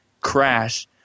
crash